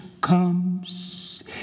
comes